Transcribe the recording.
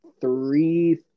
three